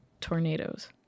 Tornadoes